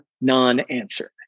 non-answer